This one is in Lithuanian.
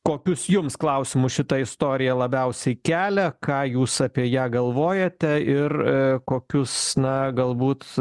kokius jums klausimus šita istorija labiausiai kelia ką jūs apie ją galvojate ir kokius na galbūt